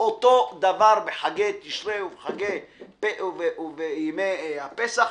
אותו דבר בחגי תשרי ובימי הפסח.